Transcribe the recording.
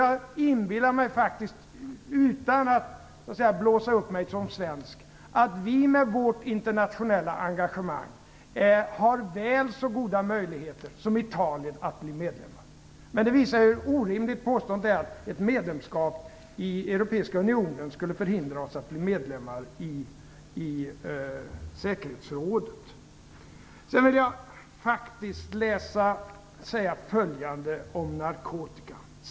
Jag inbillar mig faktiskt, utan att blåsa upp mig som svensk, att vi med vårt internationella engagemang har väl så goda möjligheter som Italien att bli medlemmar. Men det visar hur orimligt påståendet är att ett medlemskap i Europeiska unionen skulle förhindra oss att bli medlemmar i säkerhetsrådet. Sedan vill jag faktiskt säga följande om narkotika.